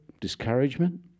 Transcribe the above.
discouragement